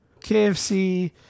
KFC